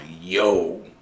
yo